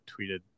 tweeted